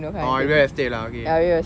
oh real estate ah okay